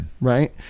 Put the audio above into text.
right